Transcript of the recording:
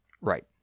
Right